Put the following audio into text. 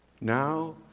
now